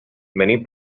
many